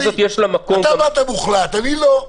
אתה באת מוחלט, אני לא.